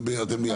אתם ביחד.